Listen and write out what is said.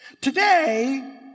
Today